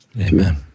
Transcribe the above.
Amen